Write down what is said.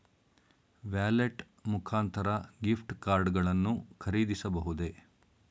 Wallet ಮುಖಾಂತರ gift card ಗಳನ್ನು ಖರೀದಿಸಬಹುದೇ?